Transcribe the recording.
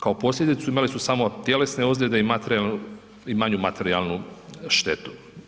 Kao posljedicu imale su samo tjelesne ozljede i manju materijalnu štetu.